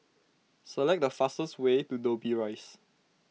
select the fastest way to Dobbie Rise